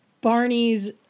Barney's